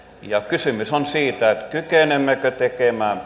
kysymys on siitä kykenemmekö tekemään